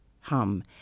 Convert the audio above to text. hum